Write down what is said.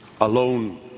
alone